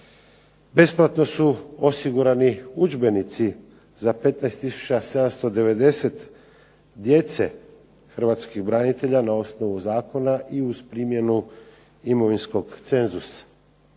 Besplatno su osigurani udžbenici za 15 tisuća 790 djece Hrvatskih branitelja na osnovu zakona i uz primjenu imovinskog cenzusa.